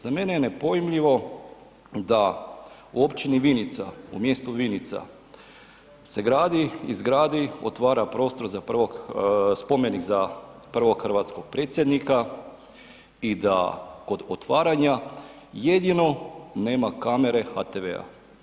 Za mene je nepojmljivo da u općini Vinica, u mjesto Vinica se gradi i izgradi, otvara prostor, spomenik za prvog hrvatskog Predsjednika i da kod otvaranja jedino nema kamere HTV-a.